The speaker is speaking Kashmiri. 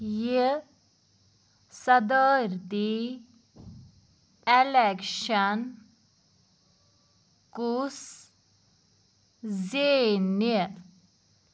یہِ صدٲرتی اٮ۪لٮ۪کشَن کُس زینہِ